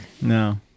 No